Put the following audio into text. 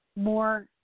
more